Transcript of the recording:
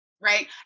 right